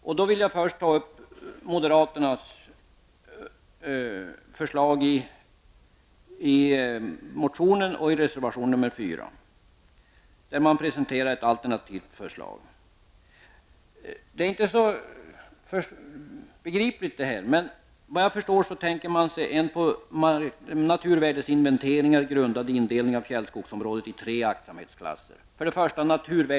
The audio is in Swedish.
Jag vill först ta upp moderaternas alternativa förslag i motionen och i reservation nr 4. Det är inte så lättbegripligt, men såvitt jag förstår tänker man sig en på naturvärdesinventeringar grundad indelning av fjällskogsområdet i tre aktsamhetsklasser.